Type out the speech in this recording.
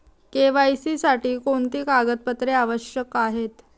KYC साठी कोणती कागदपत्रे आवश्यक आहेत?